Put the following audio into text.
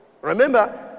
Remember